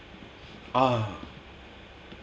ah